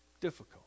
difficult